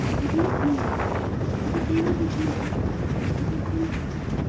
i do not mean that but if you will be gentle with me, it will comfort me.